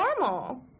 normal